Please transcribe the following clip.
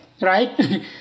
right